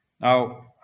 Now